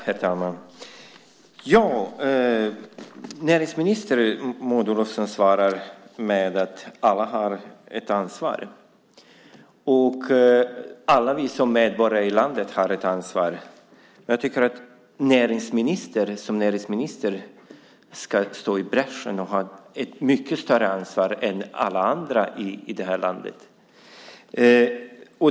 Herr talman! Näringsminister Maud Olofsson svarar med att alla har ett ansvar, att alla vi som medborgare i landet har ett ansvar. Men jag tycker att näringsministern ska gå i bräschen och ha ett mycket större ansvar än alla andra i landet.